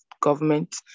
government